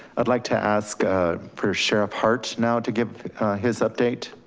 i'd like to ask for sheriff hart now to give his update.